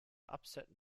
upset